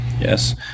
Yes